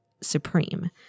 supreme